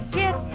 get